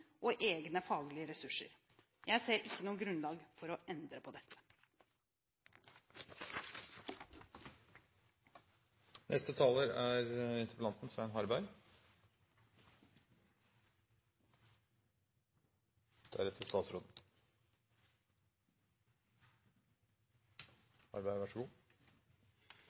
og egne faglige ressurser. Jeg ser ikke noe grunnlag for å endre på dette. Jeg takker statsråden for svaret. Ja, det er